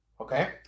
Okay